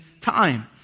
time